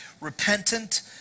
repentant